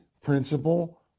principle